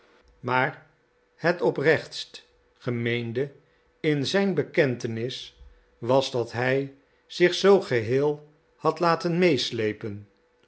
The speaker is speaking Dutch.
maar het oprechtst gemeende in zijn bekentenis was dat hij zich zoo geheel had laten meeslepen